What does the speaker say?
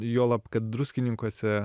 juolab kad druskininkuose